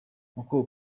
uko